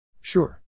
Sure